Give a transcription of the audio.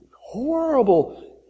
horrible